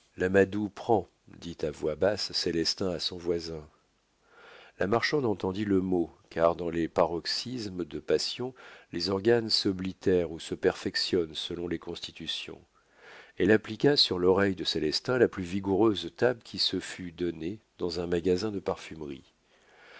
madou prend dit à voix basse célestin à son voisin la marchande entendit le mot car dans les paroxismes de passion les organes s'oblitèrent ou se perfectionnent selon les constitutions elle appliqua sur l'oreille de célestin la plus vigoureuse tape qui se fût donnée dans un magasin de parfumerie